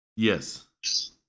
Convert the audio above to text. Yes